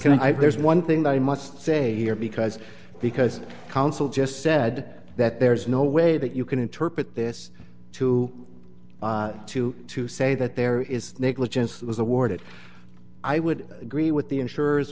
rasmussen i there's one thing i must say here because because council just said that there's no way that you can interpret this to to to say that there is negligence that was awarded i would agree with the insurers